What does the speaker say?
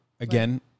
again